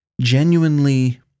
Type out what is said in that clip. genuinely